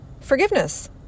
forgiveness